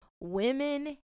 Women